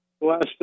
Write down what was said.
last